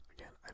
Again